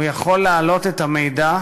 הוא יכול להעלות את המידע,